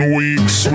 weeks